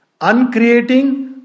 uncreating